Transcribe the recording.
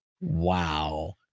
Wow